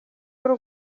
w’u